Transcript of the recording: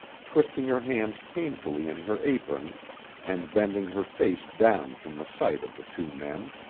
twisting her hands painfully in her apron and bending her face down from the sight of the two men.